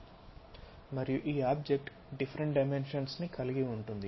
మరియు ఈ object different dimensions ను కలిగి ఉంటుంది